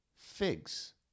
figs